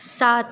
সাত